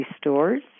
stores